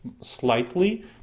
slightly